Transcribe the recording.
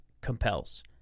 compels